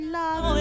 love